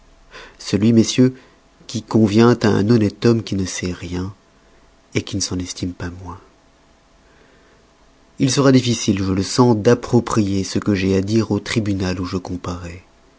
celui messieurs qui convient à un honnête homme qui ne sait rien et qui ne s'en estime pas moins il sera difficile je le sens d'approprier ce que j'ai à dire au tribunal où je comparois